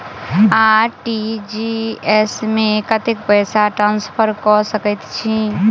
RTGS मे कतेक पैसा ट्रान्सफर कऽ सकैत छी?